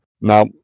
Now